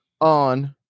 on